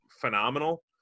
phenomenal